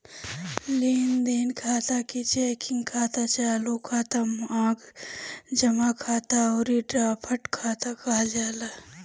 लेनदेन खाता के चेकिंग खाता, चालू खाता, मांग जमा खाता अउरी ड्राफ्ट खाता कहल जाला